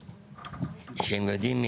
עוד לפני שהם מגיעים,